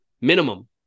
minimum